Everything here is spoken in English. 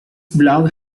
blog